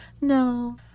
no